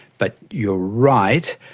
but you're right,